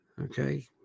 Okay